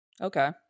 Okay